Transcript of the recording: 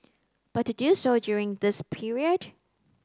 but to do so during this period